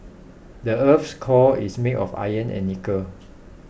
the earth's core is made of iron and nickel